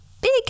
big